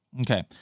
Okay